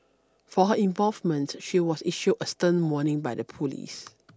for her involvement she was issued a stern warning by the police